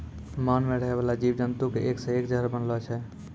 मान मे रहै बाला जिव जन्तु के एक से एक जहर बनलो छै